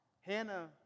Hannah